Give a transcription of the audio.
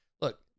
look